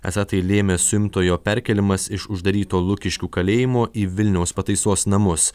esą tai lėmė suimtojo perkėlimas iš uždaryto lukiškių kalėjimo į vilniaus pataisos namus